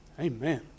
Amen